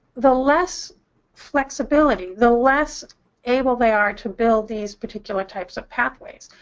the less flexibility, the less able they are to build these particular types of pathways.